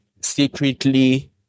secretly